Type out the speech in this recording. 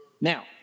Now